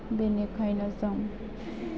बेनिखायनो जों